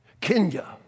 Kenya